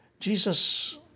Jesus